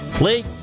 Lee